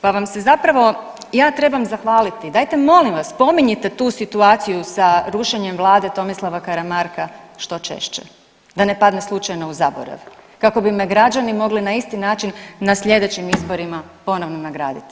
Pa vam se zapravo ja trebam zahvaliti, dajte molim vas spominjite tu situaciju sa rušenjem vlade Tomislava Karamarka što češće da ne padne slučajno u zaborav, kako bi me građani mogli na isti način na slijedećim izborima ponovno nagraditi.